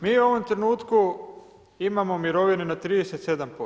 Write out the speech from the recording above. Mi u ovom trenutku imamo mirovine na 37%